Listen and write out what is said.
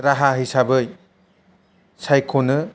राहा हिसाबै सायख'नो